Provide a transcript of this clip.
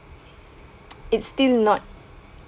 it's still not